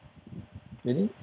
ready